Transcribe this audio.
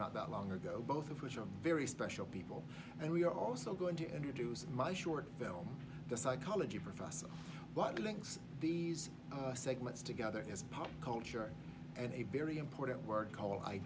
not that long ago both of which are very special people and we're also going to introduce my short film the psychology professor what links these segments together is pop culture and a very important